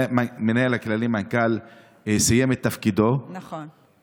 המנהל הכללי, המנכ"ל, סיים את תפקידו, נכון.